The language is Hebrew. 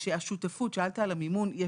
שאלת קודם על המימון.